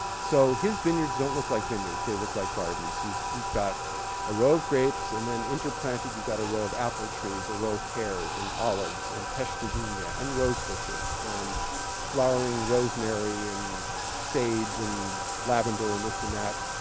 so, his vineyards don't look like vineyards. they look like gardens. you've you've got a row of grapes and then interplanted, you've got a row of apple trees or a row of pears and olives and peche de vigne ah and rosebushes and flowering rosemary and sage and lavender and this and that.